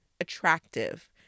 attractive